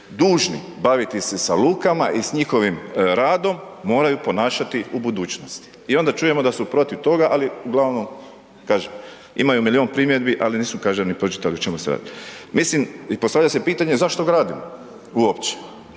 dužni baviti se sa lukama i s njihovim radom, moraju ponašati u budućnosti. I onda čujemo da su protiv toga, ali ugl. kažem imaju milijun primjedbi, ali nisu, kažem, ni pročitali o čemu se radi. Mislim i postavlja se pitanje zašto gradimo uopće,